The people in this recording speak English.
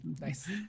nice